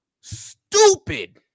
stupid